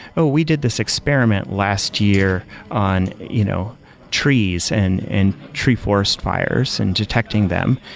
oh, we did this experiment last year on you know trees and and tree forest fires and detecting them.